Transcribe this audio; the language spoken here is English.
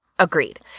Agreed